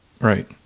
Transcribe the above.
Right